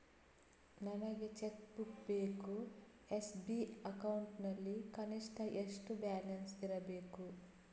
ನನಗೆ cheque book ಬೇಕು SB account ನಲ್ಲಿ ಕನಿಷ್ಠ ಎಷ್ಟು ಬ್ಯಾಲೆನ್ಸ್ ಇರಬೇಕು?